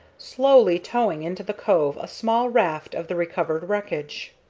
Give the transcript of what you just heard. slowly towing into the cove a small raft of the recovered wreckage.